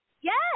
Yes